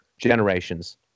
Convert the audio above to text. generations